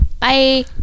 bye